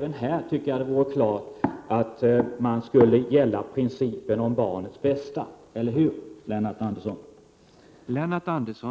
om vårdnadsoch umgängesrätt. Även här borde det klart uttalas att det är principen om barnens bästa som skall gälla. Eller hur, Lennart Andersson?